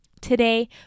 Today